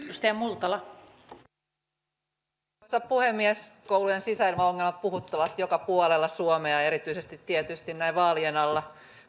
arvoisa puhemies koulujen sisäilma ongelmat puhuttavat joka puolella suomea erityisesti tietysti näin vaalien alla